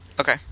Okay